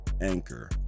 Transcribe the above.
Anchor